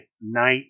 Night